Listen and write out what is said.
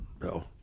No